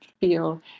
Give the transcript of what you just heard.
feel